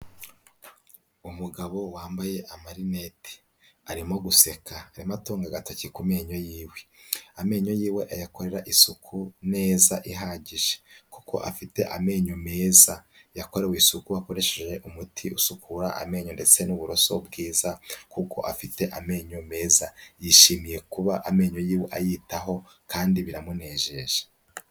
Umugabo wambaye amarineti, arimo guseka, arimo atunga agatoki ku menyo y'iwe, amenyo y'iwe ayakorera isuku neza ihagije, kuko afite amenyo meza, yakorewe isuku akoresheje umuti usukura amenyo ndetse n'uburoso bwiza, kuko afite amenyo meza, yishimiye kuba amenyo ye ayitaho kandi biramunejeje.